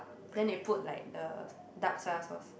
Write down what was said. then they put like a dark soya sauce